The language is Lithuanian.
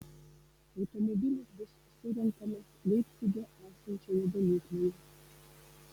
automobilis bus surenkamas leipcige esančioje gamykloje